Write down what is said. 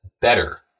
better